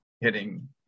hitting